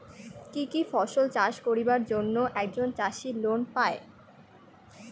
কি কি ফসল চাষ করিবার জন্যে একজন চাষী লোন পায়?